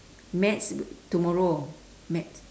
maths tomorrow maths